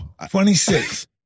26